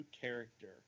character